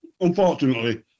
unfortunately